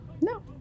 No